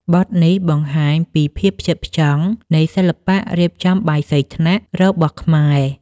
បទនេះបង្ហាញពីភាពផ្ចិតផ្ចង់នៃសិល្បៈរៀបចំបាយសីថ្នាក់របស់ខ្មែរ។